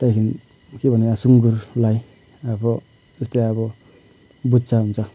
त्यहाँदेखिन् के भन्ने र सुँगुरलाई अब जस्तै अब बुच्चा हुन्छ